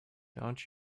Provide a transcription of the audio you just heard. don’t